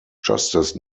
justice